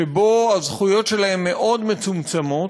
שבו הזכויות שלהם מאוד מצומצמות,